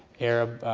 arab,